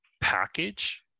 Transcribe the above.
package